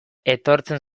etortzen